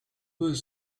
peut